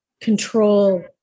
control